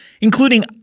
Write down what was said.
including